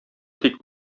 тик